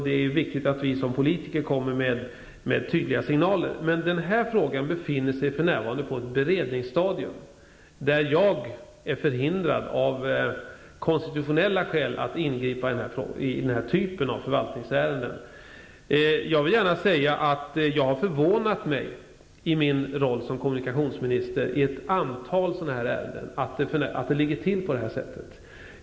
Det är viktigt att vi som politiker kommer med tydliga signaler. Den här frågan befinner sig emellertid för närvarande på ett beredningsstadium. Av konstitutionella skäl är jag förhindrad att ingripa i den här typen av förvaltningsärenden. Jag vill gärna säga att det har förvånat mig som kommunikationsminister att det i ett antal ärenden ligger till på det här sättet.